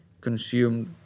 consumed